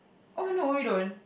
oh no you don't